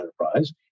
enterprise